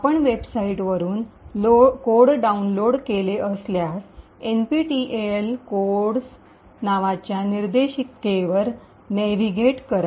आपण वेबसाइटवरून code download केले असल्यास एनपीटीईएल कोड्स NPTEL CODES नावाच्या निर्देशिकेवर नेव्हिगेट करा